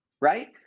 right